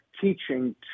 teaching